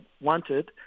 wanted